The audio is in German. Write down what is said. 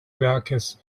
werkes